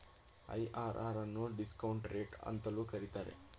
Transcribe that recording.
IRR ಅನ್ನು discount rate ಅಂತಲೂ ಕರೀತಾರೆ